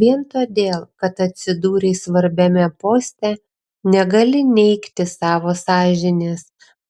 vien todėl kad atsidūrei svarbiame poste negali neigti savo sąžinės